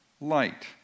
light